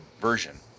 version